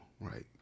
right